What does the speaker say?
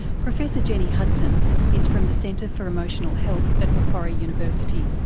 professor jennie hudson is from the centre for emotional health at macquarie university.